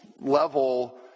level